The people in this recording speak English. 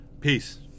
Peace